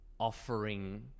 offering